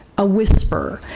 a whisper,